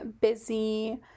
busy